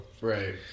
Right